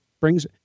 brings